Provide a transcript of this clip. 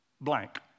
blank